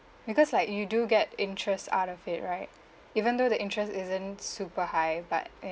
because like you do get interest out of it right even though the interest isn't super high but